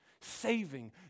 saving